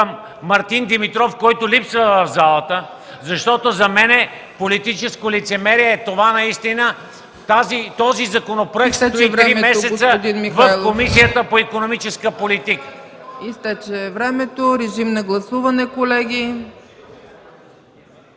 Мартин Димитров, който липсва в залата, защото за мен политическо лицемерие е този законопроект да стои три месеца в Комисията по икономическа политика.